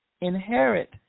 inherit